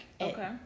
Okay